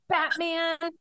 Batman